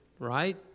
right